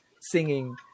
singing